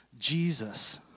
Jesus